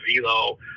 Velo